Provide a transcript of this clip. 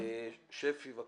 שפי בבקשה.